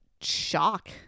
shock